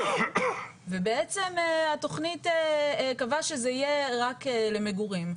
ובעצם התכנית קבעה שזה יהיה רק למגורים.